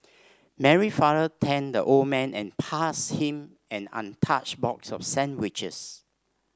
Mary father thanked the old man and passed him an untouched box of sandwiches